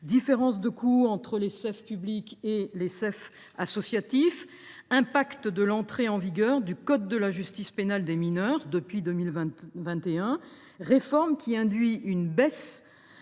différences de coût entre les CEF publics et les CEF associatifs, impact de l’entrée en vigueur du code de la justice pénale des mineurs (CJPM) depuis 2021, réforme qui induit une baisse